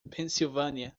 pennsylvania